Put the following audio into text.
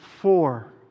four